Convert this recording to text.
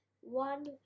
One